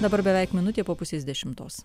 dabar beveik minutė po pusės dešimtos